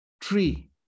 tree